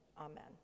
amen